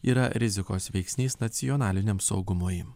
yra rizikos veiksnys nacionaliniam saugumui